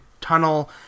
tunnel